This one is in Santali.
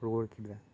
ᱨᱩᱭᱟᱹᱲ ᱠᱮᱫᱟ